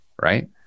right